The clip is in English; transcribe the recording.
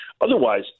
Otherwise